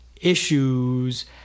issues